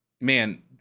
man